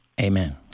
Amen